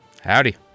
Howdy